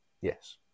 Yes